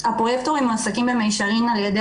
הפרוייקטורים מועסקים במישרין על ידי